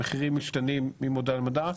המחירים משתנים ממודעה למודעה.